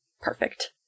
perfect